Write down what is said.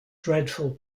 dreadful